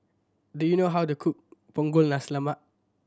do you know how to cook Punggol Nasi Lemak